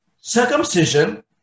circumcision